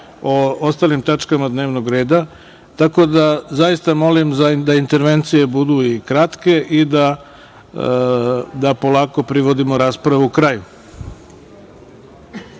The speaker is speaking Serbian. o ostalim tačkama dnevnog reda, tako da zaista molim da intervencije budu kratke i da polako privodimo raspravu kraju. Đorđe,